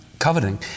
coveting